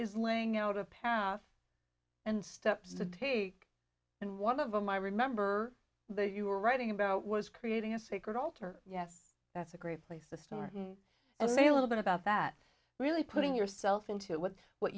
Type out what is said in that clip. is laying out a path and steps to take and one of them i remember that you were writing about was creating a sacred altar yes that's a great place to start in as a little bit about that really putting yourself into what what